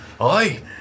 Aye